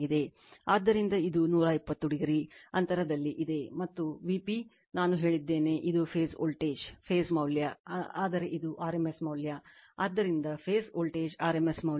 ಆದ್ದರಿಂದ ಇದು 120o ಅಂತರದಲ್ಲಿ ಇದೆ ಮತ್ತು Vpನಾನು ಹೇಳಿದ್ದೇನೆ ಇದು ಫೇಸ್ ವೋಲ್ಟೇಜ್ ಫೇಸ್ ಮೌಲ್ಯ ಆದರೆ ಇದು rms ಮೌಲ್ಯ ಆದ್ದರಿಂದ ಫೇಸ್ ವೋಲ್ಟೇಜ್ rms ಮೌಲ್ಯ